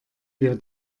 wir